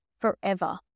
forever